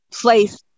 place